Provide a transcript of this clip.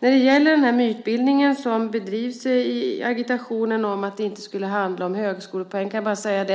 När det gäller den mytbildning som bedrivs i agitationen om att det inte skulle handla om högskolepoäng har man, det kan jag